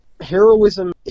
heroism